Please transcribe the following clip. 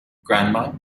grandma